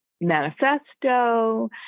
manifesto